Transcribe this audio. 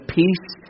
peace